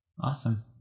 Awesome